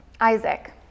Isaac